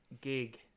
gig